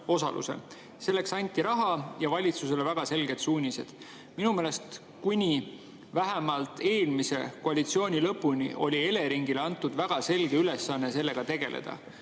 Selleks anti raha ja valitsusele väga selged suunised. Minu meelest kuni vähemalt eelmise koalitsiooni lõpuni oli Eleringile antud väga selge ülesanne sellega tegeleda.